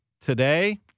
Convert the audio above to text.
today